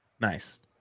Nice